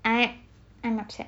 I I'm upset